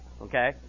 Okay